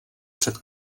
před